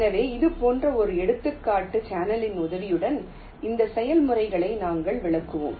எனவே இது போன்ற ஒரு எடுத்துக்காட்டு சேனலின் உதவியுடன் இந்த செயல்முறைகளை நாங்கள் விளக்குவோம்